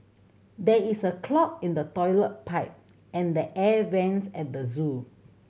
there is a clog in the toilet pipe and the air vents at the zoo